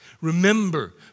remember